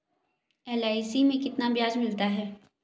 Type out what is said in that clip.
LIC में कितना ब्याज मिलता है?